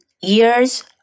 years